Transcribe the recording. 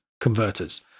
converters